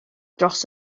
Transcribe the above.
dros